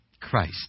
Christ